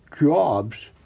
jobs